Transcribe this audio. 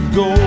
go